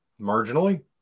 marginally